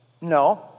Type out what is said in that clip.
No